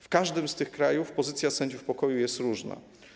W każdym z tych krajów pozycja sędziów pokoju jest różna.